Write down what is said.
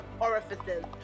orifices